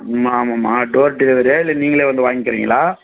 ஆமாம் அம்மா டோர் டெலிவரியா இல்லை நீங்களே வந்து வாங்கிக்கிறிங்களா